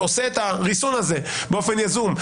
ועושה את הריסון הזה באופן יזום,